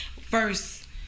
first